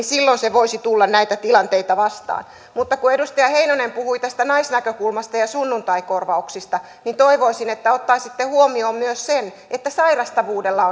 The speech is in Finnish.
silloin se voisi tulla näitä tilanteita vastaan mutta kun edustaja heinonen puhui tästä naisnäkökulmasta ja sunnuntaikorvauksista niin toivoisin että ottaisitte huomioon myös sen että sairastavuudella